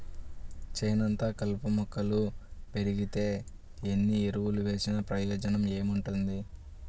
చేనంతా కలుపు మొక్కలు బెరిగితే ఎన్ని ఎరువులు వేసినా ప్రయోజనం ఏముంటది